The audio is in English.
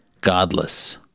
godless